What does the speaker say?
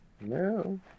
No